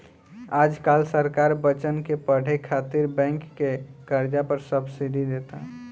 आज काल्ह सरकार बच्चन के पढ़े खातिर बैंक कर्जा पर सब्सिडी देता